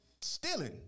stealing